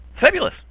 Fabulous